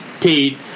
Pete